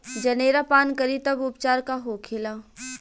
जनेरा पान करी तब उपचार का होखेला?